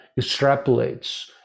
extrapolates